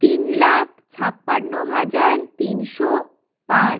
তিন লাখ ছাপ্পান্ন হাজার তিনশো পাঁচ